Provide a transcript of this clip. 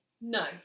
No